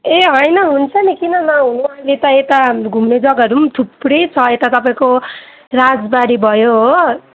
ए होइन हुन्छ नि किन नहुनु अहिले त यता घुम्ने जग्गाहरू पनि थुप्रै छ यता तपाईँको राजबाडी भयो हो